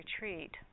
retreat